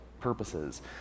purposes